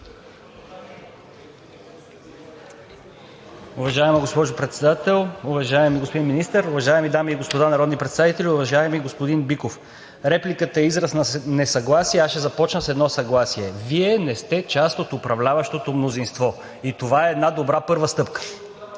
Уважаема госпожо Председател, уважаеми господин Министър, уважаеми дами и господа народни представители, уважаеми господин Биков! Репликата е израз на несъгласие, аз ще започна с едно съгласие – Вие не сте част от управляващото мнозинство – и това е една добра първа стъпка.